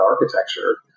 architecture